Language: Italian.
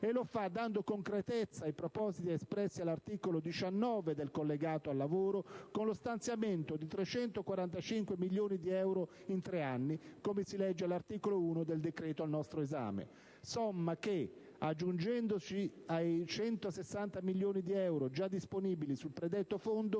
E lo fa dando concretezza ai propositi espressi all'articolo 19 del «collegato lavoro» con lo stanziamento di 345 milioni di euro in tre anni, come si legge all'articolo 1 del decreto al nostro esame. Somma che, aggiungendosi ai 160 milioni di euro già disponibili sul predetto fondo,